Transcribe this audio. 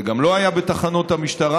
זה גם לא היה בתחנות המשטרה,